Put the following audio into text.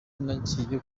nigiye